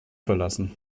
verlassen